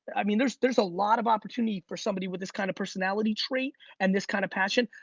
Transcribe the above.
i mean there's there's a lot of opportunity for somebody with this kind of personality trait and this kind of passion.